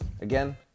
again